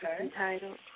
entitled